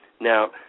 Now